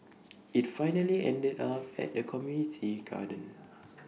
IT finally ended up at the community garden